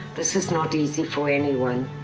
this is not easy for anyone,